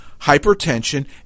hypertension